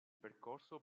percorso